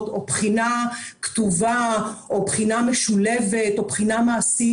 או בחינה כתובה או בחינה משולבת או בחינה מעשית.